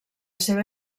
seva